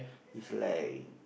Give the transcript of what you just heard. it's like